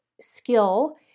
skill